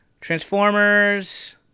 transformers